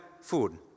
food